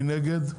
מי נגד?